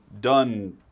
done